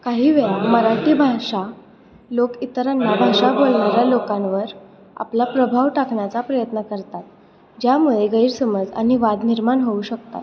काही वेळा मराठी भाषा लोक इतरांना भाषा बोलणाऱ्या लोकांवर आपला प्रभाव टाकण्याचा प्रयत्न करतात ज्यामुळे गैरसमज आणि वाद निर्माण होऊ शकतात